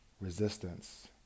resistance